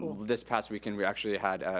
this past weekend, we actually had,